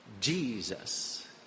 Jesus